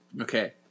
okay